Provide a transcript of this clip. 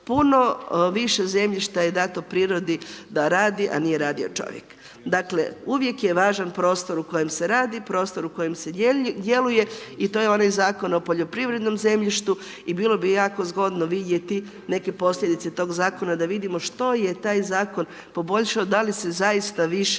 puno više zemljišta je dato prirodi da radi, a nije radio čovjek. Dakle, uvijek je važan prostor u kojem se radi, prostor u kojem se djeluje i to je onaj Zakon o poljoprivrednom zemljištu i bilo bi jako dobro vidjeti, neke posljedice tog zakona, da vidimo, što je taj zakon poboljšao, da li se zaista više